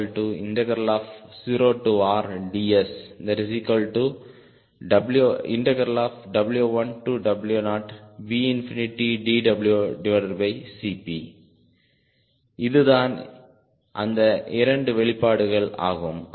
R0RdsW1W0VdWCP இதுதான் அந்த இரண்டு வெளிப்பாடுகள் ஆகும்